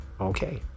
Okay